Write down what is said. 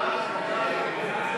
משרד האנרגיה והמים,